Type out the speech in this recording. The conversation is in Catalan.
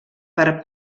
per